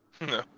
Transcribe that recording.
No